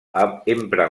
empren